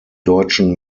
deutschen